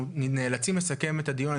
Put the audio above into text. אנחנו נאלצים לסכם את הדיון.